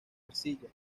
arcilla